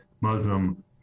Muslim